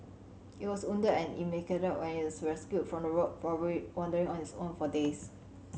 it was wounded and emaciated when it was rescued from the road probably wandering on its own for days